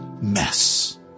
mess